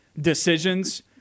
decisions